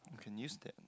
can use that